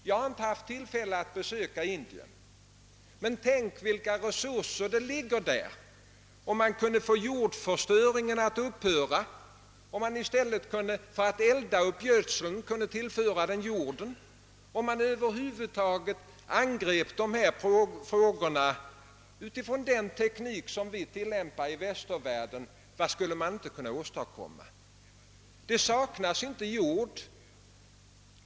Jag har inte haft tillfälle att besöka Indien men betänk vilka resurser där finns! Om man kunde få jordförstöringen att upphöra, om man i stället för att elda upp gödseln kunde tillföra jorden den, om man över huvud taget angrep dessa frågor med den teknik vi i västvärlden tillämpar, vad skulle inte då kunna åstadkommas? Det saknas inte jord.